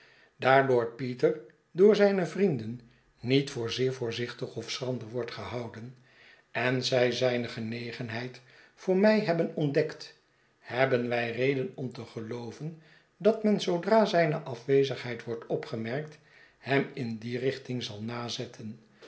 lord peter door zijne vrienden niet voor zeer voorzichtig of schrander wordt gehouden en zij zijne genegenheid voor mij hebben ontdekt hebben wij reden om te gelooven dat men zoodra zijne afwezigheid wordt opgemerkt hem in die richting zal nazetten